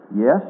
Yes